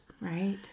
Right